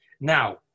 Now